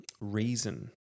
reason